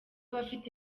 bafite